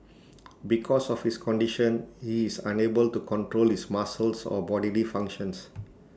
because of his condition he is unable to control his muscles or bodily functions